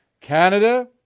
Canada